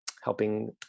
helping